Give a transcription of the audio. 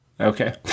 Okay